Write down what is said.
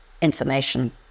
information